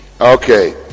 Okay